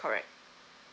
correct